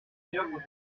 violence